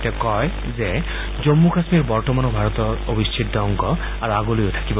তেওঁ কয় যে জন্মু কাশ্মীৰ বৰ্তমানো ভাৰতৰ অবিচ্ছেদ্য অংগ আৰু আগলৈও থাকিব